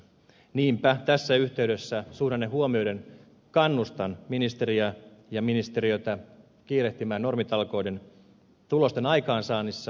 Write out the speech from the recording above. niinpä tässä yhteydessä suhdanne huomioiden kannustan ministeriä ja ministeriötä kiirehtimään normitalkoiden tulosten aikaansaannissa